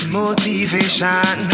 motivation